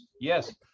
Yes